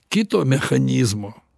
kito mechanizmo